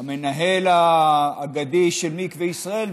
המנהל האגדי של מקווה ישראל,